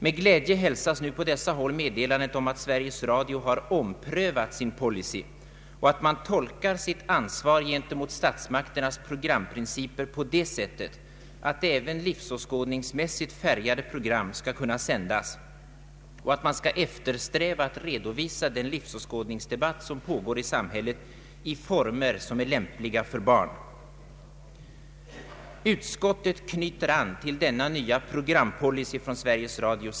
Med glädje hälsas nu på dessa håll meddelandet om att Sveriges Radio omprövat sin policy och att man tolkar sitt ansvar gentemot statsmakternas programprinciper på det sättet att även livsåskådningsmässigt färgade program skall kunna sändas och att man skall eftersträva att redovisa den livsåskådningsdebatt som pågår i samhället i former vilka är lämpliga för barn. Utskottet knyter an till denna nya programpolicy från Sveriges Radio.